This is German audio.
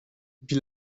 wie